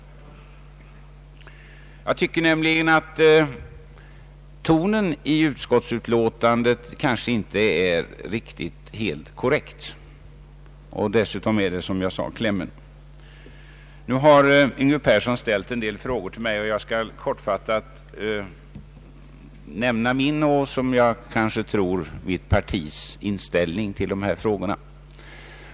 Jag tycker nämligen att tonen i utskottsutlåtandet kanske inte är helt korrekt. Dessutom gäller det, som jag sade, klämmen. Nu har herr Yngve Persson ställt en del frågor till mig, och jag skall kortfattat nämna min, och som jag tror mitt partis, inställning till dessa frågor.